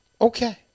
Okay